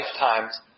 lifetimes